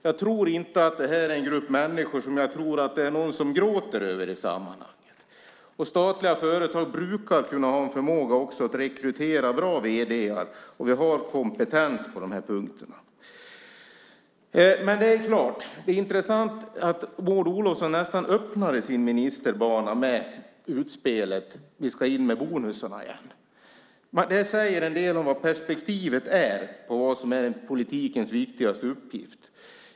Jag tror inte att det här är en grupp människor som någon gråter över i sammanhanget. Statliga företag brukar också ha en förmåga att rekrytera bra vd:ar, och vi har kompetens på de här punkterna. Det är intressant att Maud Olofsson nästan öppnar sin ministerbana med utspelet att vi ska in med bonusarna igen. Det säger en del om vad perspektivet är och vad som är politikens viktigaste uppgift.